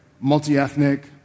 multi-ethnic